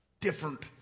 Different